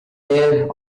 there